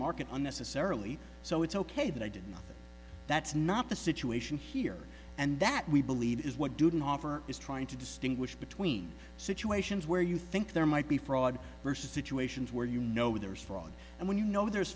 market unnecessarily so it's ok that i did nothing that's not the situation here and that we believe is what didn't offer is trying to distinguish between situations where you think there might be fraud versus situations where you know there's fraud and when you know there's